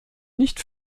nicht